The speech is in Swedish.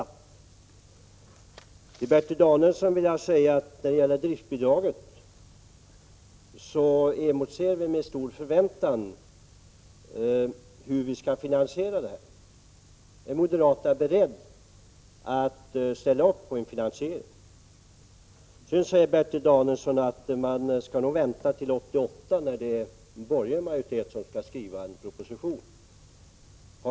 Till Bertil Danielsson vill jag i vad gäller driftbidraget säga att vi med stor förväntan ser fram emot lösningen av finansieringsfrågan. Är moderaterna beredda att ställa sig bakom finansieringen av detta bidrag? Bertil Danielsson säger vidare att man nog skall vänta till 1988 när en proposition skall läggas fram av en borgerlig majoritet.